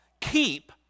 keep